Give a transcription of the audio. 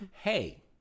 hey